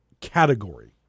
category